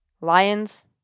lions